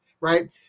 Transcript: Right